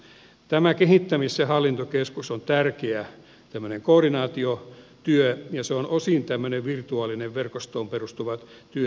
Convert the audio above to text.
tämä kehittämis ja hallintokeskus on tärkeä koordinaatiotyö ja se on osin tämmöinen virtuaaliseen verkostoon perustuva työ